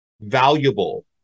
valuable